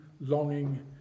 longing